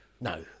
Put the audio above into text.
No